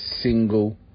single